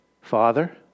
Father